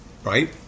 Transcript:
Right